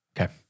Okay